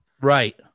Right